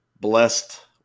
blessed